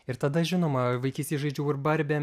ir tada žinoma vaikystėj žaidžiau ir barbėm